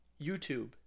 YouTube